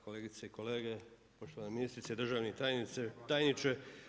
Kolegice i kolege, poštovana ministrice, državni tajniče.